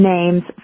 Names